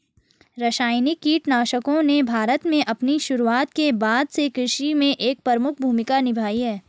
रासायनिक कीटनाशकों ने भारत में अपनी शुरूआत के बाद से कृषि में एक प्रमुख भूमिका निभाई है